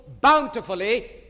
bountifully